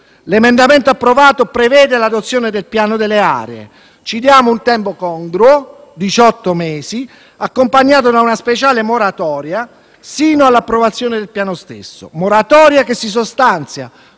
L'emendamento approvato prevede l'adozione del Piano delle aree: ci diamo un tempo congruo (18 mesi), accompagnato da una speciale moratoria fino all'approvazione del Piano stesso, moratoria che si sostanzia